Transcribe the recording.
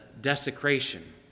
desecration